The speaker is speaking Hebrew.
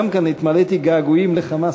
גם כן התמלאתי געגועים לכמה שרים.